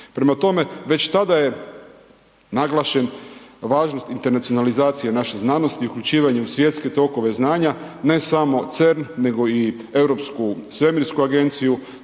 Prema tome, već tada je naglašen važnost internacionalizacije naše znanosti, uključivanje u svjetske tokove znanja, ne samo CERN nego i Europsku svemirsku agenciju,